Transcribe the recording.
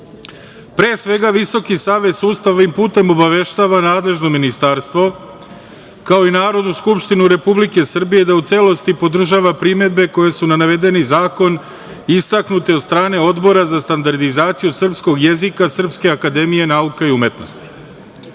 „Pre svega, Visoki savet sudstva ovim putem obaveštava nadležno ministarstvo, kao i Narodnu skupštinu Republike Srbije, da u celosti podržava primedbe koje su na navedeni zakon istaknute od strane Odbora za standardizaciju srpskog jezika Srpske akademije nauka i umetnosti.